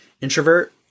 introvert